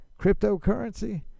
cryptocurrency